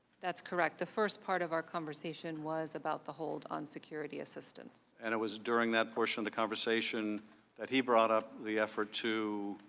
that's correct. the first part of our conversation was about the hold on security assistance. and it was during a portion of the conversation that he brought up the effort to